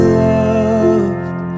loved